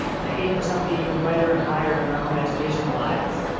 to aim for something even brighter and higher in our own educationsl lives.